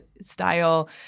style